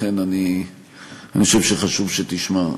לכן אני חושב שחשוב שתשמע.